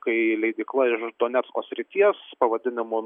kai leidykla iš donecko srities pavadinimu